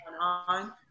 on